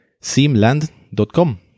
simland.com